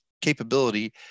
capability